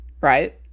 right